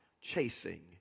chasing